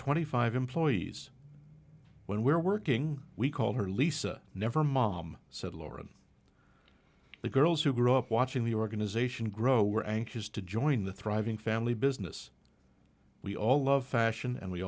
twenty five employees when we're working we call her lisa never mom said lauren the girls who grew up watching the organization grow were anxious to join the thriving family business we all love fashion and we